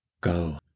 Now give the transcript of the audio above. Go